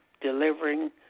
delivering